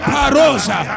Parosa